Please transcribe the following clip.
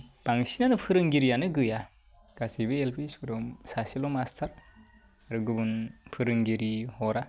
बांसिनानो फोरोंगिरियानो गैया गासिबो एल पि स्कुलाव सासेल' मास्टार आरो गुबुन फोरोंगिरि हरा